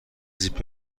زیپ